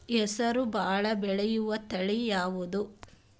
ಹೆಸರು ಭಾಳ ಬೆಳೆಯುವತಳಿ ಯಾವದು?